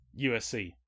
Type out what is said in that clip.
USC